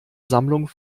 sammlung